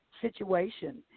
situation